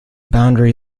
boundary